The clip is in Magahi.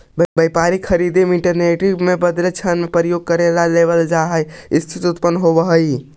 व्यापारिक खरीददारी में इक्विटी के बदले ऋण के प्रयोग करे पर लेवरेज के स्थिति उत्पन्न होवऽ हई